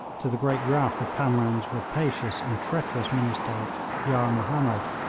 to the great wrath of kamran's rapacious and treacherous minister yar mahomed,